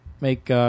make –